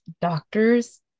doctors